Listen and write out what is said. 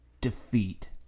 defeat